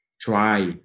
try